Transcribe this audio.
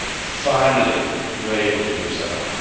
finally were able to do so.